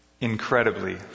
incredibly